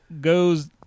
goes